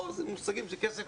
במושגים של הכסף